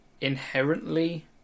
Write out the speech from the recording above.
inherently